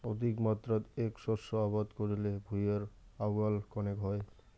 অধিকমাত্রাত এ্যাক শস্য আবাদ করিলে ভূঁইয়ের আউয়াল কণেক হয়